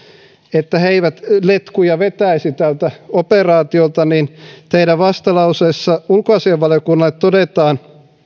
että he eivät letkuja vetäisi tältä operaatiolta niin teidän vastalauseessanne ulkoasiainvaliokunnalle todetaan